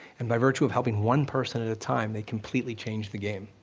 and by virtue of helping one person at a time, they completely changed the game.